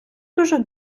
дуже